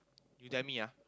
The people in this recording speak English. you dare me ah